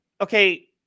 okay